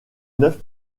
neuf